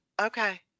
Okay